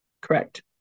Correct